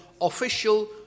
official